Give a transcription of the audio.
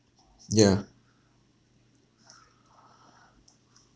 yeah